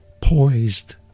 poised